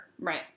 Right